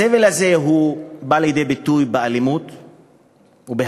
הסבל הזה בא לידי ביטוי באלימות ובהתקפות.